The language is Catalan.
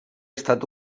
estat